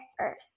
Earth